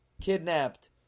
kidnapped